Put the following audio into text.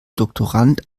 doktorand